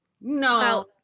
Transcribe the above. no